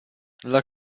dla